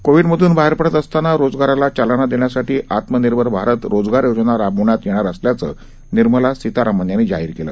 कोविडमधून बाहेर पडत असताना रोजगाराला चालना देण्यासाठी आत्मनिर्भर भारत रोजगार योजना राबवण्यात येणार असल्याचं निर्मला सीतारामन यांनी सांगितलं